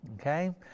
Okay